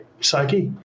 psyche